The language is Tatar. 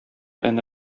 әнә